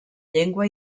llengua